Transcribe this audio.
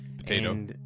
potato